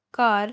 ਘਰ